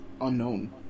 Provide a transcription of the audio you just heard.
unknown